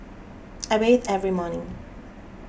I bathe every morning